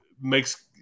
makes